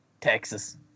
Texas